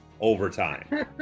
overtime